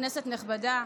כנסת נכבדה,